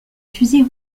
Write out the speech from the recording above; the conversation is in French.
fusils